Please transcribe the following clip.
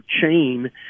chain